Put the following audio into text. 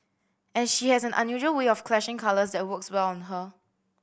and she has an unusual way of clashing colours that works well on her